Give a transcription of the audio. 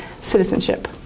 citizenship